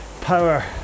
power